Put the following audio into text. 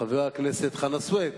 חבר הכנסת חנא סוייד,